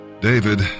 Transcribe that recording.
David